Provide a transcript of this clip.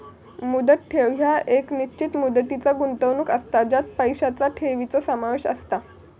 मुदत ठेव ह्या एक निश्चित मुदतीचा गुंतवणूक असता ज्यात पैशांचा ठेवीचो समावेश असता